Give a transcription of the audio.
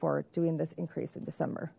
for doing this increase in december